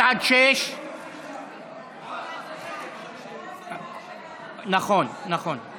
1 עד 6. נכון, נכון.